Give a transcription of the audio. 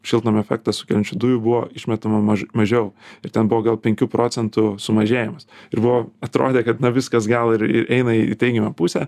šiltnamio efektą sukeliančių dujų buvo išmetama maž mažiau ir ten buvo gal penkių procentų sumažėjimas ir buvo atrodė kad na viskas gal ir ei eina į teigiamą pusę